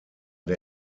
der